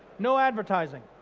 no advertising.